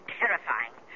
terrifying